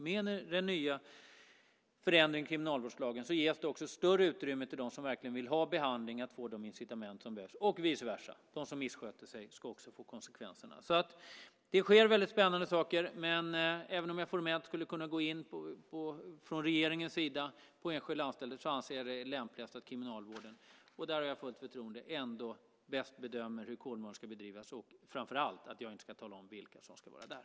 Med förändringen i kriminalvårdslagen ges det också större utrymme för dem som verkligen vill ha behandling att få de incitament som behövs. Och vice versa ska det innebära konsekvenser för dem som missköter sig. Det sker väldigt spännande saker. Men även om jag formellt skulle kunna gå in från regeringens sida i fråga om enskilda anstalter, anser jag att det är lämpligast att Kriminalvården, som jag har fullt förtroende för, bedömer hur anstalten Kolmården ska bedrivas, och framför allt att jag inte ska tala om vilka som ska vara där.